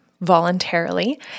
voluntarily